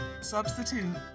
substitute